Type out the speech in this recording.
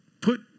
put